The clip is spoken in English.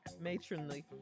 Matronly